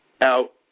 out